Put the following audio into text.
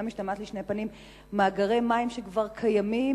משתמעת לשתי פנים מאגרי מים שכבר קיימים,